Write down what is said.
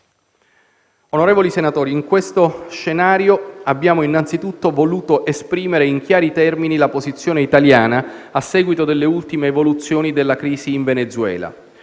Onorevoli senatori, in questo scenario abbiamo innanzitutto voluto esprimere in chiari termini la posizione italiana a seguito delle ultime evoluzioni della crisi in Venezuela;